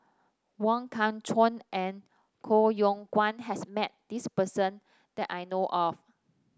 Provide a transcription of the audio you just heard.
Wong Kah Chun and Koh Yong Guan has met this person that I know of